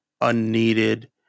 unneeded